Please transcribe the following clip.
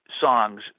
songs